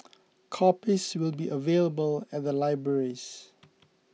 copies will be available at the libraries